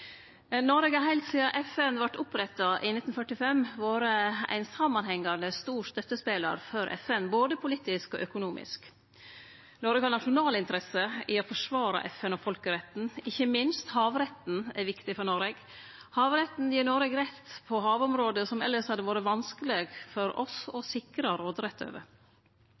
Noreg har heilt sidan FN vart oppretta i 1945, vore ein samanhengande stor støttespelar for FN både politisk og økonomisk. Noreg har nasjonalinteresse i å forsvare FN og folkeretten. Ikkje minst havretten er viktig for Noreg. Havretten gir Noreg rett på havområde som elles hadde vore vanskelege for oss å